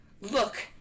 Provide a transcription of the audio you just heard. look